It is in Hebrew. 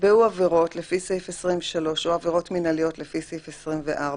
נקבעו עבירות לפי סעיף 23 או עבירות מנהליות לפי סעיף 24,